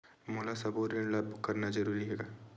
मोला सबो ऋण ला करना जरूरी हे?